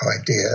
idea